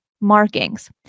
markings